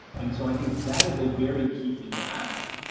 and so, i think that is a very key thing to ask.